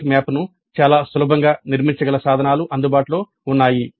concept మ్యాప్ను చాలా సులభంగా నిర్మించగల సాధనాలు అందుబాటులో ఉన్నాయి